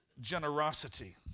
generosity